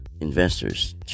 investors